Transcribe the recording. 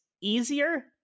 easier